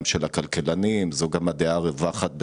גם של הכלכלנים וגם של ההדיוטות.